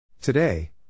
Today